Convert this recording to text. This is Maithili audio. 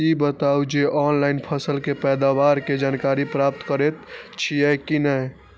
ई बताउ जे ऑनलाइन फसल के पैदावार के जानकारी प्राप्त करेत छिए की नेय?